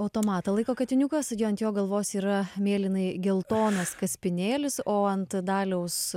automatą laiko katiniukas jo ant jo galvos yra mėlynai geltonas kaspinėlis o ant daliaus